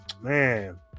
Man